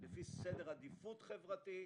לפי סדר עדיפות חברתי.